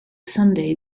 sunday